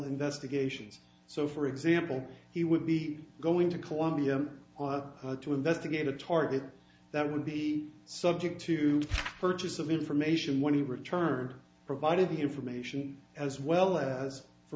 investigations so for example he would be going to columbia to investigate a target that would be subject to purchase of information when he returned provided the information as well as for